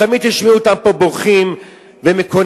ותמיד תשמעו אותם פה בוכים ומקוננים,